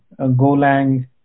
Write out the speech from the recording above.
Golang